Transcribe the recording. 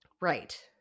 Right